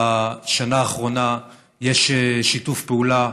בשנה האחרונה יש שיתוף פעולה